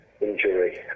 injury